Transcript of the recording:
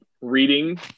reading